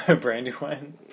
Brandywine